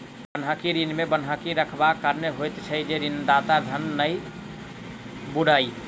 बन्हकी ऋण मे बन्हकी रखबाक कारण होइत छै जे ऋणदाताक धन नै बूड़य